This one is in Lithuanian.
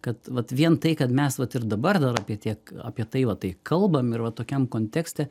kad vat vien tai kad mes vat ir dabar dar apie tiek apie tai va tai kalbam ir va tokiam kontekste